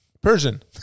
Persian